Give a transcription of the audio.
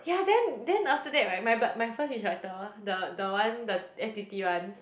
yeah then then after that right my but my first instructor the the one the f_t_t one